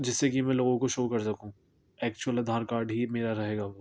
جس سے کہ میں لوگوں کو شو کر سکوں ایکچوئل آدھار کارڈ ہی میرا رہے گا وہ